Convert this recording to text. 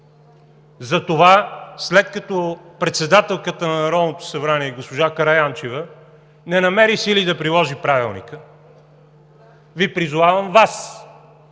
Затова, след като председателката на Народното събрание госпожа Караянчева не намери сили да приложи Правилника, Ви призовавам Вас.